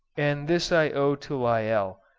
and this i owe to lyell,